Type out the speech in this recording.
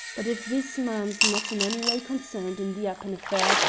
but if this man's not in any way concerned in the appin affair,